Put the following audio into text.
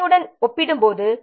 சோதனைடன் ஒப்பிடும்போது